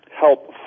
help